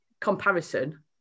comparison